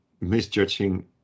misjudging